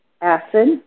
acid